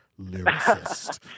lyricist